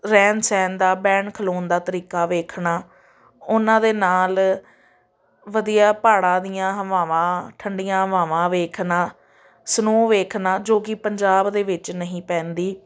ਰਹਿਣ ਸਹਿਣ ਦਾ ਬਹਿਣ ਖਲੋਣ ਦਾ ਤਰੀਕਾ ਦੇਖਣਾ ਉਨ੍ਹਾਂ ਦੇ ਨਾਲ ਵਧੀਆ ਪਹਾੜਾਂ ਦੀਆਂ ਹਵਾਵਾਂ ਠੰਡੀਆਂ ਹਵਾਵਾਂ ਦੇਖਣਾ ਸਨੋਅ ਦੇਖਣਾ ਜੋ ਕਿ ਪੰਜਾਬ ਦੇ ਵਿੱਚ ਨਹੀਂ ਪੈਂਦੀ